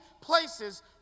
places